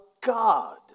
God